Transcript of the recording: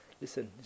Listen